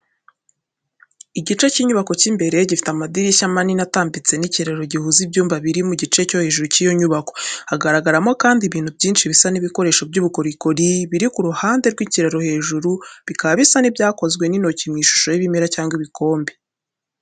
Igice cy’inyubako cy’imbere, gifite amadirishya manini atambitse n’ikiraro gihuza ibyumba biri mu gice cyo hejuru cy’iyo nyubako. Haragaragaramo kandi ibintu byinshi bisa nk’ibikoresho by’ubukorikori biri ku ruhande rw’ikiraro hejuru, bikaba bisa nk’ibyakozwe n’intoki mu ishusho y’ibimera cyangwa ibikombe.